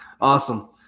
awesome